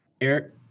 Eric